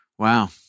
Wow